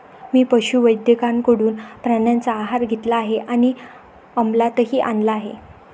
मी पशुवैद्यकाकडून प्राण्यांचा आहार घेतला आहे आणि अमलातही आणला आहे